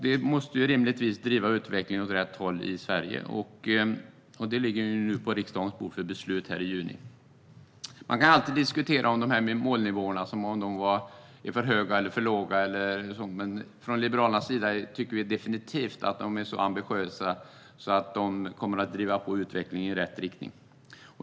Det måste rimligtvis driva utvecklingen åt rätt håll i Sverige, och det ligger nu på riksdagens bord för beslut i juni. Man kan alltid diskutera om de här målnivåerna är för höga eller för låga, men från Liberalernas sida tycker vi definitivt att de är så ambitiösa att de kommer att driva på utvecklingen i rätt riktning.